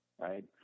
right